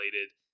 related